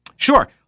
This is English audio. Sure